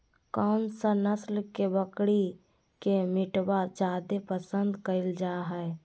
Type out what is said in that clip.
कौन सा नस्ल के बकरी के मीटबा जादे पसंद कइल जा हइ?